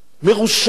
מרושעת,